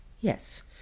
Yes